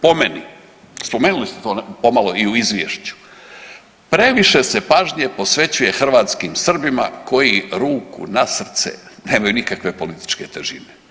Po meni, spomenuli ste to pomalo i u Izvješću, previše se pažnje posvećuje hrvatskim Srbima koji ruku na srce nemaju nikakve političke težine.